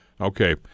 Okay